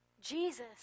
Jesus